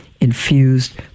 infused